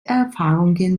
erfahrungen